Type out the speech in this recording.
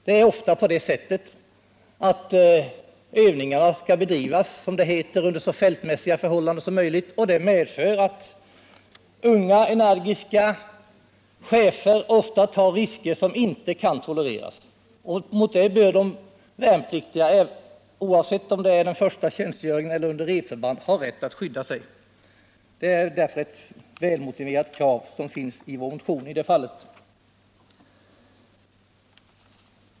Övningarna skall oftast bedrivas under, som det heter, så fältmässiga förhållanden som möjligt. Detta medför att unga, energiska chefer ofta tar risker som inte kan tolereras. Mot detta bör den värnpliktige, oavsett om det är den första tjänstgöringen eller under en repövning, ha rätt att skydda sig. Det är därför ett väl motiverat krav som i detta fall finns i vår motion.